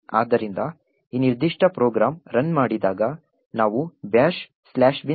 ಆದ್ದರಿಂದ ಈ ನಿರ್ದಿಷ್ಟ ಪ್ರೋಗ್ರಾಂ ರನ್ ಮಾಡಿದಾಗ ನಾವು ಬ್ಯಾಷ್ binbash ಅನ್ನು ಕಾರ್ಯಗತಗೊಳಿಸುತ್ತೇವೆ